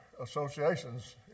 associations